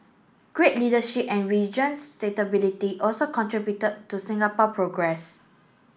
great leadership and region stability also contributed to Singapore progress